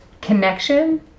connection